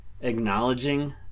acknowledging